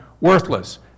worthless